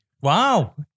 Wow